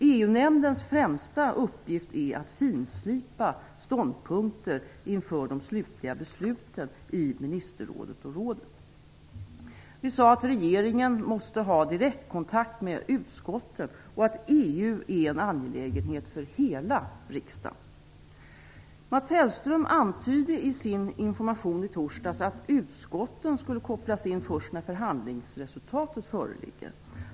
EU-nämndens främsta uppgift är att finslipa ståndpunkter inför de slutliga besluten i ministerrådet och rådet. Vi sade att regeringen måste ha direktkontakt med utskotten, och att EU är en angelägenhet för hela riksdagen. Mats Hellström antydde i sin information i torsdags att utskotten skulle kopplas in först när förhandlingsresultatet föreligger.